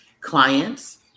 clients